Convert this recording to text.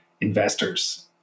investors